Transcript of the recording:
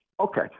Okay